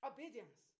Obedience